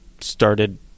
started